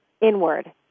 inward